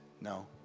no